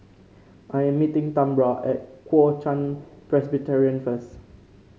I'm meeting Tambra at Kuo Chuan Presbyterian first